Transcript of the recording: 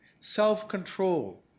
self-control